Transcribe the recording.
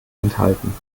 enthalten